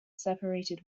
separated